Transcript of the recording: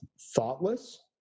thoughtless